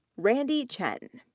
randy chen,